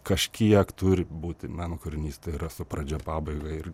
kažkiek turi būti meno kūrinys tai yra su pradžia pabaiga ir